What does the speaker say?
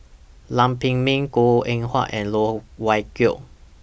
Lam Pin Min Goh Eng Wah and Loh Wai Kiew